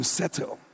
settle